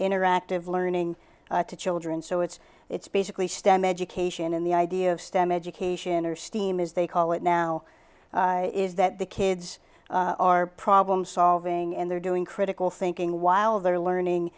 interactive learning to children so it's it's basically stem education in the idea of stem education or steam as they call it now is that the kids are problem solving and they're doing critical thinking while they're learning